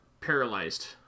paralyzed